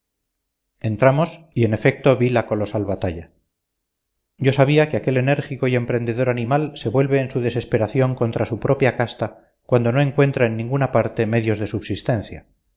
entramos y en efecto vi la colosal batalla yo sabía que aquel enérgico y emprendedor animal se vuelve en su desesperación contra su propia casta cuando no encuentra en ninguna parte medios de subsistencia